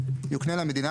יוקנה למדינה,